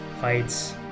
fights